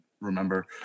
Remember